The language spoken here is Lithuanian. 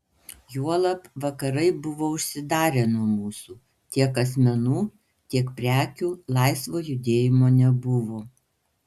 juolab vakarai buvo užsidarę nuo mūsų tiek asmenų tiek prekių laisvo judėjimo nebuvo